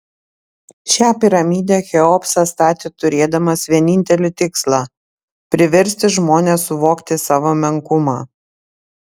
šią piramidę cheopsas statė turėdamas vienintelį tikslą priversti žmones suvokti savo menkumą